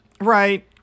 Right